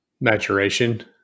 maturation